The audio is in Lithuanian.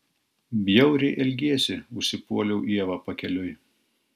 bjauriai elgiesi užsipuoliau ievą pakeliui